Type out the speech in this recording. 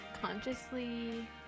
Consciously